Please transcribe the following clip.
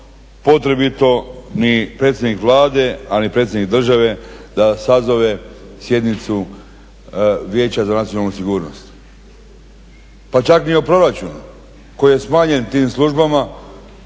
potrebito ni predsjednik Vlade, a ni predsjednik države da sazove sjednicu vijeća za nacionalnu sigurnost, pa čak ni o proračunu koji je smanjen tim službama,